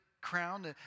crown